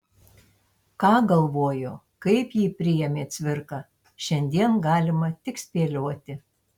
ką galvojo kaip jį priėmė cvirka šiandien galima tik spėlioti